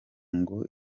ngo